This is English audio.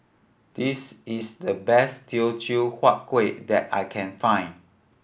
this is the best Teochew Huat Kuih that I can find